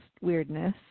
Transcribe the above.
weirdness